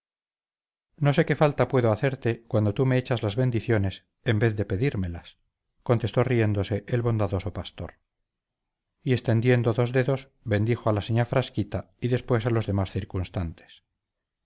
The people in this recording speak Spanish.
no sé qué falta puedo hacerte cuando tú me echas las bendiciones en vez de pedírmelas contestó riéndose el bondadoso pastor y extendiendo dos dedos bendijo a la señá frasquita y después a los demás circunstantes